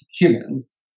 humans